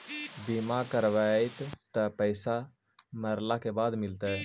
बिमा करैबैय त पैसा मरला के बाद मिलता?